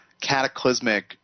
cataclysmic